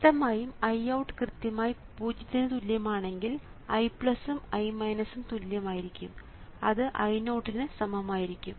വ്യക്തമായും IOUT കൃത്യമായി പൂജ്യത്തിന് തുല്യമാണെങ്കിൽ I ഉം I തുല്യമായിരിക്കും അത് I0 ന് സമം ആയിരിക്കും